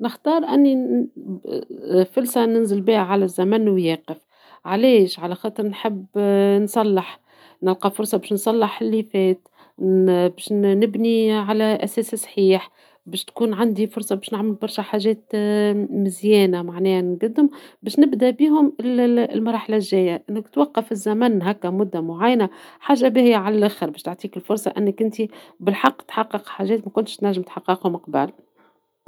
نختار أني فلسة ننزل بيها على الزمن وياقف ، علاش علخاطر نحب نصلح ، نلقى فرصة باش نصلح لي فات ، باش نبني على أساس صحيح ، باش تكون عندي فرصة نعمل برشا حاجات مزيانة معناها نقدم ، باش نبدى بيهم المرحلة الجاية ، نوقف الزمن هكا مدة معينة حاجة باهية علخر باش تعطيك الفرصة أنك انتي بالحق تحقق حاجات مكنتش تنجم تحققهم من قبل.